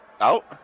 out